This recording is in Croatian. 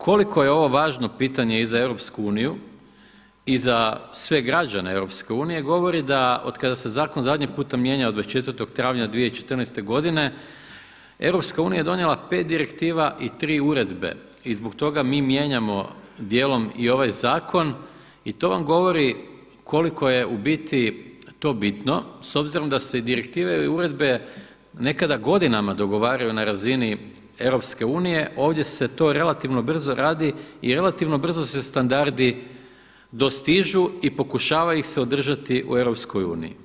Koliko je ovo važno pitanje i za EU i za sve građane EU, govori da otkada se zakon zadnji puta mijenjao 24 travnja 2014. godine Europska unija je donijela 5 direktiva i 3 uredbe i zbog toga mi mijenjamo djelom i ovaj zakon i to vam govori koliko je u biti to bitno s obzirom da se direktive i uredbe nekada godinama dogovaraju na razini EU, ovdje se to relativno brzo radi i relativno se brzo standardi dostižu i pokušava ih se održati u EU.